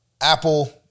Apple